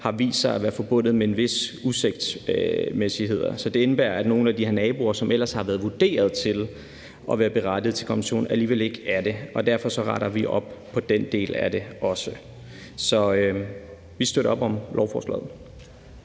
har vist sig at være forbundet med visse uhensigtsmæssigheder. Det indebærer, at nogle af de her naboer, som ellers har været vurderet til at være berettiget til kompensation, alligevel ikke er det, og derfor retter vi op på den del af det også. Vi støtter op om lovforslaget.